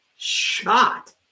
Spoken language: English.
Shot